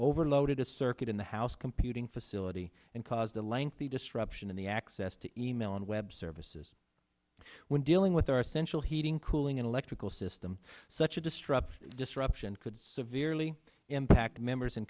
overloaded a circuit in the house computing facility and caused a lengthy disruption in the access to email and web services when dealing with our central heating cooling and electrical system such a destructive disruption could severely impact members